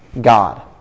God